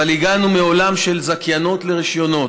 אבל הגענו מעולם של זכיינות לרישיונות,